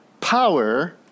power